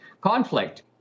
conflict